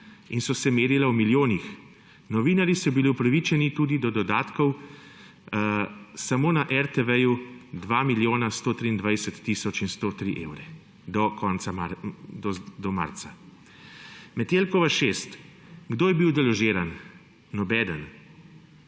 ki so se merila v milijonih. Novinarji so bili upravičeni tudi do dodatkov, samo na RTV 2 milijona 123 tisoč in 103 evre do marca. Metelkova 6. Kdo je bil deložiran? Nobeden.